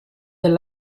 del